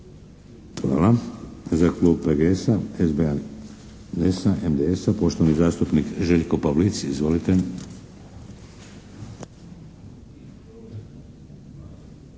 Hvala. Za klub PGS-a, SBHS-a, MDS-a, poštovani zastupnik Željko Pavlic, izvolite.